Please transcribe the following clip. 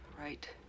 right